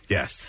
Yes